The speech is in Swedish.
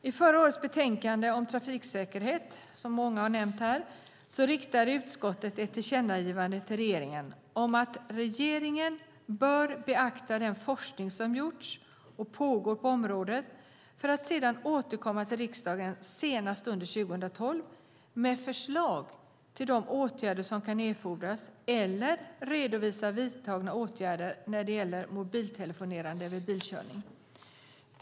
I förra årets betänkande om trafiksäkerhet, som många har nämnt här, riktade utskottet ett tillkännagivande till regeringen om att regeringen bör beakta den forskning som gjorts och pågår på området för att sedan återkomma till riksdagen senast under 2012 med förslag till de åtgärder som kan erfordras eller redovisa vidtagna åtgärder när det gäller mobiltelefonerande vid bilkörning.